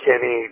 Kenny